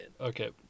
Okay